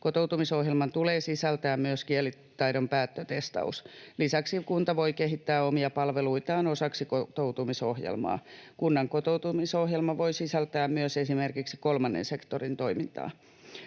Kotoutumisohjelman tulee sisältää myös kielitaidon päättötestaus. Lisäksi kunta voi kehittää omia palveluitaan osaksi kotoutumisohjelmaa. Kunnan kotoutumisohjelma voi sisältää myös esimerkiksi kolmannen sektorin toimintaa.